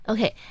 Okay